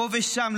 פה ושם,